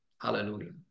Hallelujah